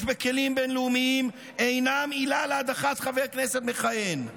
בכלים בין-לאומיים אינם עילה להדחת חבר כנסת מכהן";